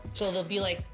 it'll be like,